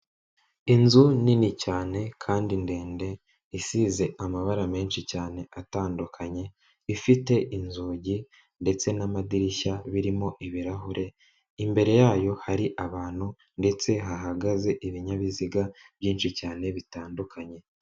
Inzu nini cyane kandi ndende isize amabara menshi cyane atandukanye, ifite inzugi ndetse n'amadirishya birimo ibirahure, imbere yayo hari abantu ndetse hahagaze ibinyabiziga byinshi cyane bitandukanye.